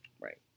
Right